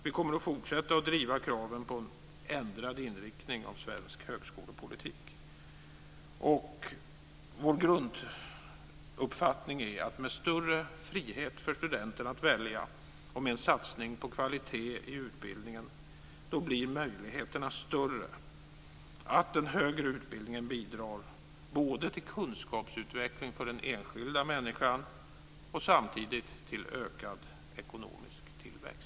Vi kommer att fortsätta att driva kraven på en ändrad inriktning av svensk högskolepolitik. Vår grunduppfattning är att med större frihet för studenter att välja och med en satsning på kvalitet i utbildningen blir möjligheterna större att den högre utbildningen bidrar både till kunskapsutveckling för den enskilda människan och till ökad ekonomisk tillväxt.